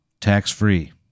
tax-free